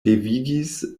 devigis